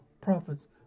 prophets